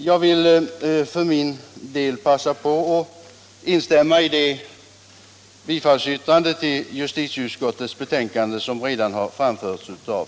Jag vill härmed instämma i det yrkande om Kammarrättsorga nisationen